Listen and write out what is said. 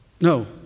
No